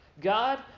God